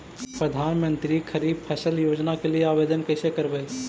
प्रधानमंत्री खारिफ फ़सल योजना के लिए आवेदन कैसे करबइ?